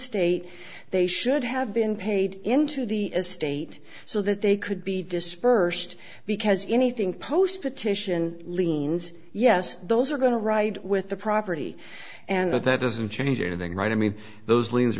estate they should have been paid into the estate so that they could be dispersed because anything post petition liens yes those are going to right with the property and if that doesn't change anything right i mean those liens